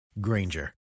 Granger